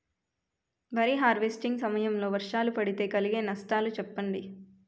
వరి హార్వెస్టింగ్ సమయం లో వర్షాలు పడితే కలిగే నష్టాలు చెప్పండి?